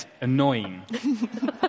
annoying